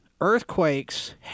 earthquakes